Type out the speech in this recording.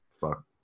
fuck